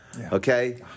Okay